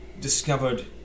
discovered